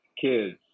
kids